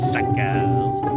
Suckers